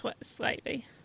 slightly